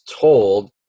told